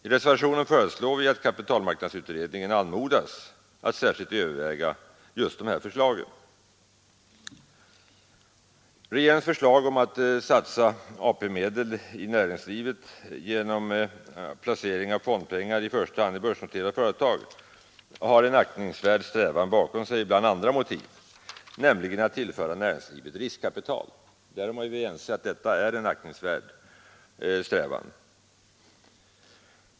I reservationen föreslår vi att kapitalmarknadsutredningen anmodas att särskilt överväga just dessa förslag. placering av fondpengar i första hand i börsnoterade företag finns en aktningsvärd strävan bland andra motiv, nämligen att tillföra näringslivet riskkapital. Därom är vi ense att det är en aktningsvärd strävan.